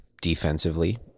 defensively